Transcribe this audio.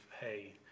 hey